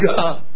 God